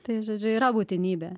tai žodžiu yra būtinybė